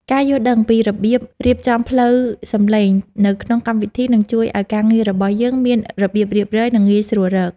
ការយល់ដឹងពីរបៀបរៀបចំផ្លូវសំឡេងនៅក្នុងកម្មវិធីនឹងជួយឱ្យការងាររបស់យើងមានរបៀបរៀបរយ និង ងាយស្រួលរក។